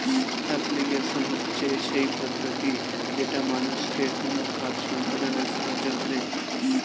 application হচ্ছে সেই পদ্ধতি যেটা মানুষকে কোনো কাজ সম্পদনায় সাহায্য করে